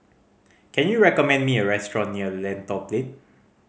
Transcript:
can you recommend me a restaurant near Lentor Plain